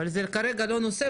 אבל זה כרגע לא הנושא.